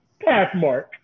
Pathmark